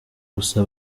gusa